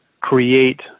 create